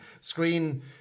Screen